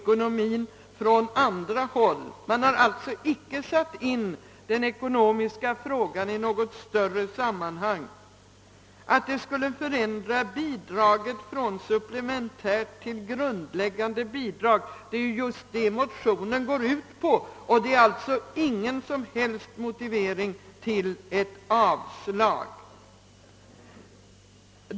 Man har från utskottets sida alltså inte satt in den ekonomiska frågan i något större sammanhang. Att förslaget skulle förändra bidraget »från supplementärt till grundläggande» är just vad motionen går ut på, och det är alltså ingen som helst motivering för ett avstyrkande.